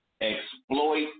Exploit